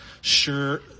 sure